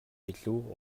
илүү